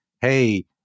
hey